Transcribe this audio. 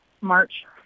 March